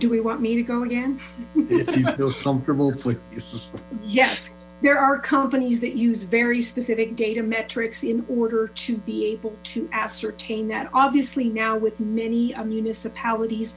do we want me to go again well yes there are companies that use very specific data metrics in order to be able to ascertain that obviously now with many municipalities